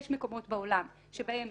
יש מקומות בעולם שבהם